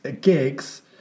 gigs